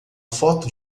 foto